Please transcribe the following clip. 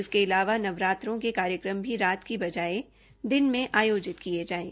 इसके अलावा नवरात्रों के कार्यक्रम भी रात की बजाय दिन में आयोजित किए जाएं